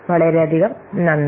വളരെയധികം നന്ദി